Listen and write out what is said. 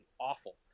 awful